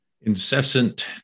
incessant